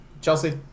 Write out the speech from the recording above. Chelsea